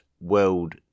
World